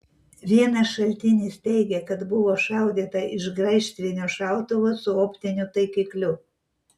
vienas šaltinis teigia kad buvo šaudyta iš graižtvinio šautuvo su optiniu taikikliu